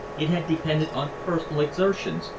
it had depended on personal exertions,